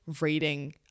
reading